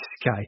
sky